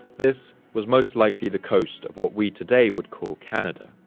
this was most likely the coast of what we today would call canada,